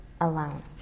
alone